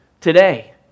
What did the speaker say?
today